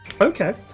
Okay